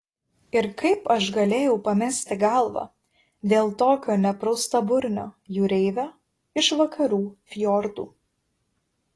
ir kaip aš galėjau pamesti galvą dėl tokio nepraustaburnio jūreivio iš vakarų fjordų